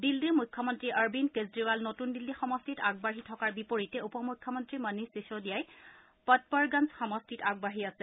দিল্লীৰ মুখ্যমন্ত্ৰী অৰবিন্দ কেজৰিৱাল নতুন দিল্লী সমষ্টিত আগবাঢ়ি থকাৰ বিপৰীতে উপ মুখ্যমন্ত্ৰী মনিষ শিসোদিযাই পটপড়গঞ্জ সমষ্টিত আগবাঢ়ি আছে